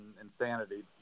insanity